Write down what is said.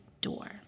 door